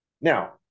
Now